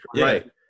Right